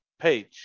page